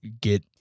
get